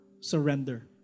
surrender